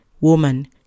Woman